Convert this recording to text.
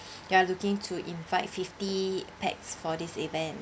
you are looking to invite fifty pax for this event